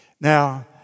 Now